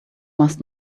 must